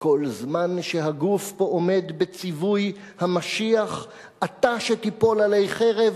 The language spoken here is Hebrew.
כל זמן שהגוף פה עומד בצווי המשיח./ אתה שתיפול עלי חרב,